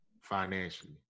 financially